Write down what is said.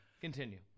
Continue